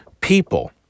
people